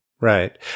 Right